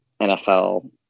NFL